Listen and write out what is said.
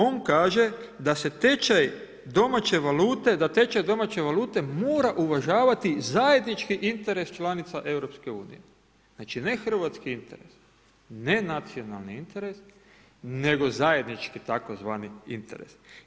On kaže da se tečaj domaće valute, da tečaj domaće valute mora uvažavati zajednički interes članica EU, znači ne hrvatski interes, ne nacionalni interes, nego zajednički tzv. interes.